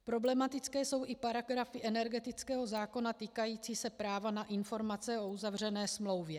Problematické jsou i paragrafy energetického zákona týkající se práva na informace o uzavřené smlouvě.